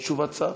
יש תשובת שר?